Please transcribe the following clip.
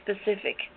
specific